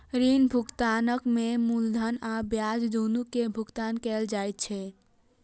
ऋण भुगतान में मूलधन आ ब्याज, दुनू के भुगतान कैल जाइ छै